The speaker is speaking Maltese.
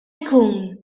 jkun